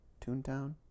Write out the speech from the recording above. Toontown